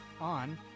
on